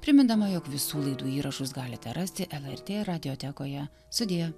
primindama jog visų laidų įrašus galite rasti lrt radiotekoje sudie